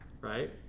Right